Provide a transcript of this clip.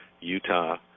Utah